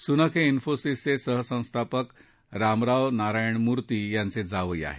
Sunak हे इन्फोसीसचे सहसंस्थापक रामराव नारायणमूर्ती यांचे जावई आहेत